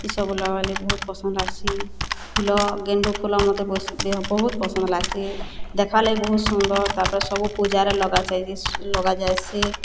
ଏ ସବୁ ଲଗାଲେ ବହୁତ ପସନ୍ଦ ଲାଗ୍ସି ଫୁଲ ଗେଂଡୁ ଫୁଲ ମୋତେ ବହୁତ ପସନ୍ଦ ଲାଗ୍ସି ଦେଖ୍ବା ଲାଗେ ବହୁତ ସୁନ୍ଦର ତାପରେ ସବୁ ପୂଜା ରେ ଲଗାଯାଇସି